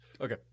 okay